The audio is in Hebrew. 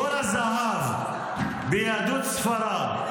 תור הזהב ביהדות ספרד,